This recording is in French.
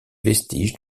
vestiges